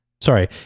Sorry